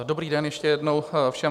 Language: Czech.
Dobrý den ještě jednou všem.